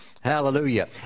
Hallelujah